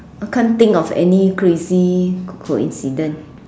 I can't think of any crazy coincidence